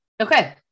Okay